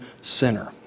sinner